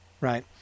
right